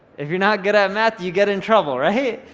if you're not good at math, you get in trouble, right?